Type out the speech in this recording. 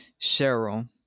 Cheryl